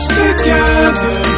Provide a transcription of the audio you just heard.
together